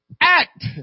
act